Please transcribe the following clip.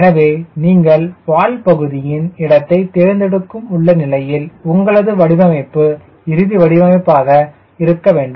எனவே நீங்கள் வால் பகுதியின் இடத்தை தேர்ந்தெடுக்கும் உள்ள நிலையில் உங்களது வடிவமைப்பு இறுதி வடிவம் இருக்க வேண்டும்